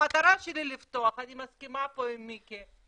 המטרה שלי לפתוח, אני מסכימה פה עם מיקי,